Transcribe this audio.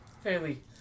Fairly